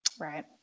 Right